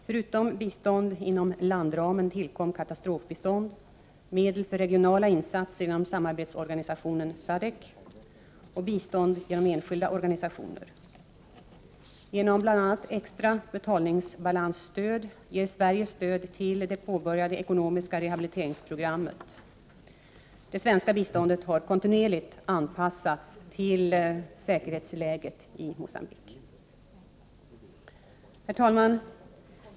Förutom bistånd inom landramen tillkom katastrofbi 2 februari 1989 stånd, medel för regionala insatser genom samarbetsorganisationen SADCC och bistånd genom enskilda organisationer. Genom bl.a. extra betalningsbalansstöd ger Sverige stöd till det påbörjade ekonomiska rehabiliteringsprogrammet. Det svenska biståndet har kontinuerligt anpassats till säkerhetsläget i Mogambique. Herr talman!